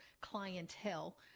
clientele